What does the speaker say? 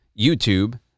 YouTube